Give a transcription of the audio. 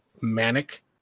manic